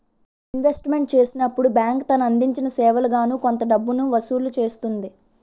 investment చేసినప్పుడు bank తను అందించిన సేవలకు గాను కొంత డబ్బును వసూలు చేస్తుంది